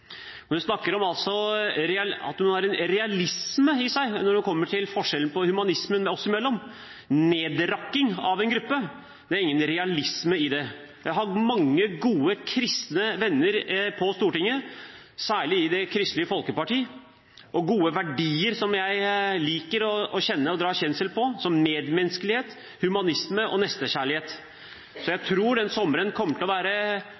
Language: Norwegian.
snakker om at hun har en realisme i seg når hun kommer til forskjellen på humanismen oss imellom – nedrakking av en gruppe, det er ingen realisme i det. Jeg har hatt mange gode kristne venner på Stortinget, særlig i Kristelig Folkeparti – med gode verdier som jeg liker å kjenne og dra kjensel på, som medmenneskelighet, humanisme og nestekjærlighet. Jeg tror sommeren kommer til å være